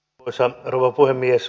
arvoisa rouva puhemies